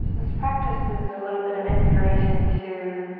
this practice is is a little bit of inspiration to